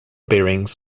bearings